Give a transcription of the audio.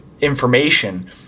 information